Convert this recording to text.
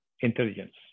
intelligence